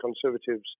Conservatives